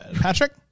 Patrick